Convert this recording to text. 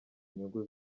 inyungu